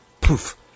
Poof